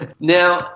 Now